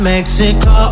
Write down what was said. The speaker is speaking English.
Mexico